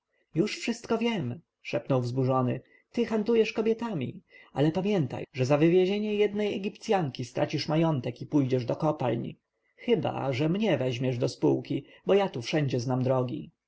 już wszystko wiem szeptał wzburzony ty handlujesz kobietami ale pamiętaj że za wywiezienie jednej egipcjanki stracisz majątek i pójdziesz do kopalń chyba że mnie weźmiesz do spółki bo ja tu wszędzie znam drogi